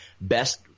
best